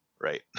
right